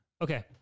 Okay